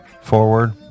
forward